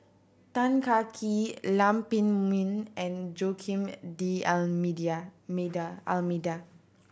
Tan Kah Kee Lam Pin Min and Joaquim D Almeida